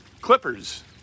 Clippers